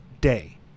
day